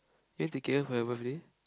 went to k_l for your birthday